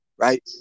Right